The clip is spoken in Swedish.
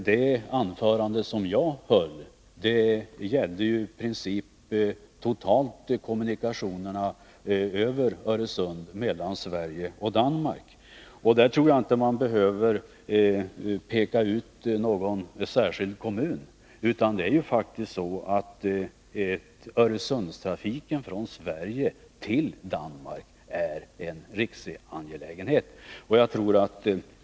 Det anförande som jag höll gällde i princip över huvud taget kommunikationerna mellan Sverige och Danmark över Öresund. Jag tror inte man behöver peka ut någon särskild kommun, utan det är faktiskt så att Öresundsförbindelserna från Sverige till Danmark är en riksangelägenhet.